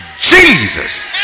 Jesus